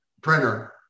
printer